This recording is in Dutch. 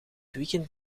weekend